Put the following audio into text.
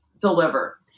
deliver